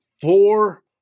four